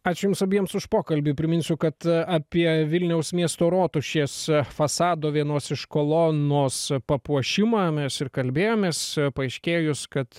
ačiū jums abiems už pokalbį priminsiu kad apie vilniaus miesto rotušės fasado vienos iš kolonos papuošimą mes ir kalbėjomės paaiškėjus kad